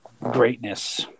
greatness